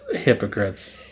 hypocrites